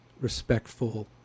respectful